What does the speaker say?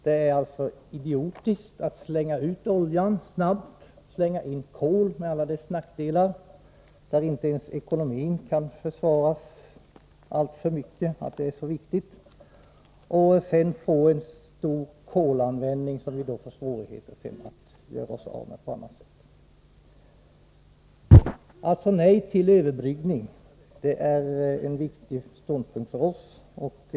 Det är då idiotiskt att slänga ut olja och slänga in kol med alla dess nackdelar och där inte ens ekonomin kan försvaras. Vi riskerar en omfattande kolanvändning, som vi sedan får stora svårigheter att göra oss av med. Nej till överbryggning är en viktig ståndpunkt för oss.